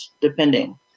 depending